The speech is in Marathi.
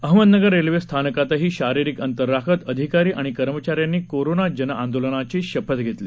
अहमदनगर रेल्वे स्थानकातही शारीरिक अंतर राखत अधिकारी आणि कर्मचाऱ्यांनी कोरोना जन आंदोलनाची शपथ घेतली